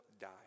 die